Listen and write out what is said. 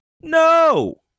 No